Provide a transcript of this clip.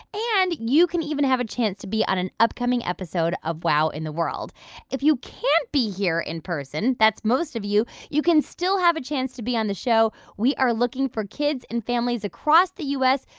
and you can even have a chance to be on an upcoming episode of wow in the world if you can't be here in person that's most of you you can still have a chance to be on the show. we are looking for kids and families across the u s.